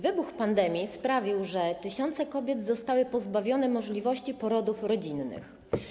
Wybuch pandemii sprawił, że tysiące kobiet zostały pozbawione możliwości porodów rodzinnych.